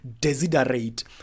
Desiderate